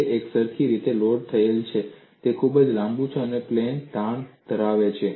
તે એકસરખી રીતે લોડ થયેલ છે અને તે ખૂબ લાંબુ છે અને પ્લેન તાણ ધારણા માન્ય છે